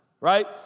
right